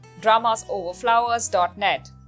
dramasoverflowers.net